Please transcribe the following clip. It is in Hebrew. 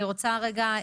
אני רוצה רגע,